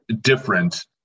different